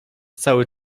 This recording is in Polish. cały